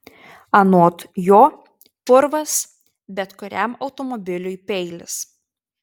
anot jo purvas bet kuriam automobiliui peilis